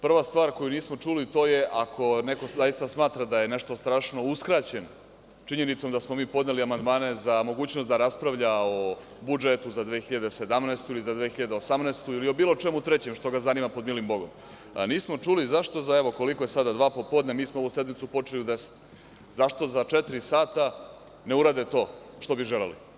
Prva stvar koju nismo čuli je ako neko zaista smatra da je nešto strašno uskraćen činjenicom da smo mi podneli amandmane za mogućnost da raspravlja o budžetu za 2017. ili za 2018. godinu ili o bilo čemu trećem što ga zanima pod milim bogom, nismo čuli, evo, sada je dva popodne, mi smo ovu sednicu počeli u 10.00, zašto za četiri sata ne urade to što bi želeli?